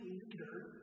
leaders